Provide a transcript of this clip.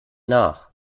nach